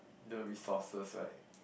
the resources right